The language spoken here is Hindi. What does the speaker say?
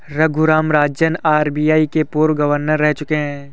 रघुराम राजन आर.बी.आई के पूर्व गवर्नर रह चुके हैं